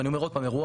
ואני אומר עוד פעם,